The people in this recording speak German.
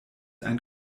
ein